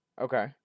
Okay